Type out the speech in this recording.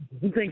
Thank